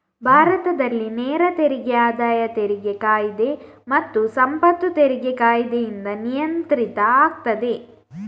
ಭಾರತದಲ್ಲಿ ನೇರ ತೆರಿಗೆ ಆದಾಯ ತೆರಿಗೆ ಕಾಯಿದೆ ಮತ್ತೆ ಸಂಪತ್ತು ತೆರಿಗೆ ಕಾಯಿದೆಯಿಂದ ನಿಯಂತ್ರಿತ ಆಗ್ತದೆ